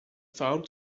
found